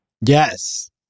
Yes